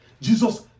Jesus